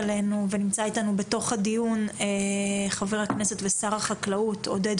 נמצא אתנו שר החקלאות עודד